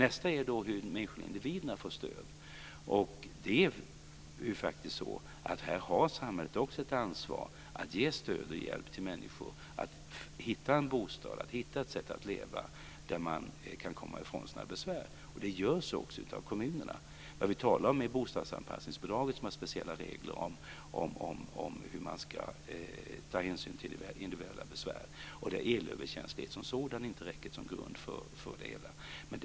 Nästa fråga är hur människorna, individerna, får stöd. Här har samhället också ett ansvar att ge stöd och hjälp till människor att hitta en bostad och ett sätt att leva där de kan komma ifrån sina besvär. Det görs också av kommunerna. Vad vi talar om är bostadsanpassningsbidragets speciella regler om hur man ska ta hänsyn till individuella besvär, och där elöverkänslighet som sådan inte räcker som grund för det.